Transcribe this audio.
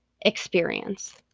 experience